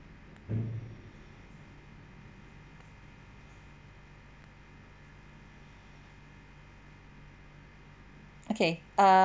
okay ah